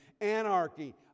anarchy